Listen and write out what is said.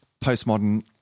postmodern